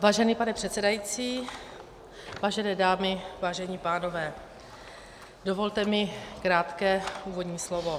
Vážený pane předsedající, vážené dámy, vážení pánové, dovolte mi krátké úvodní slovo.